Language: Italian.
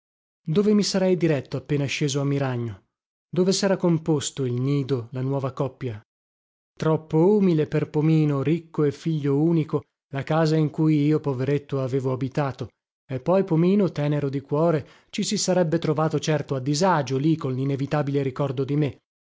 dove mi sarei diretto appena sceso a miragno dove sera composto il nido la nuova coppia troppo umile per pomino ricco e figlio unico la casa in cui io poveretto avevo abitato e poi pomino tenero di cuore ci si sarebbe trovato certo a disagio lì con linevitabile ricordo di me